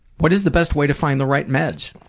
what is the best way to find the right meds?